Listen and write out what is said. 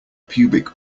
pubic